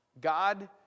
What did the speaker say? God